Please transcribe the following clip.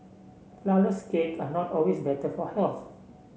Flourless cake are not always better for health